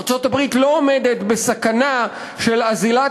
ארצות-הברית לא עומדת בסכנה של אזילת